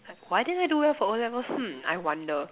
why didn't do well for o-levels hmm I wonder